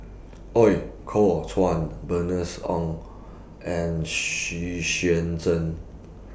Ooi Kok Chuen Bernice Ong and Xu Xuan Zhen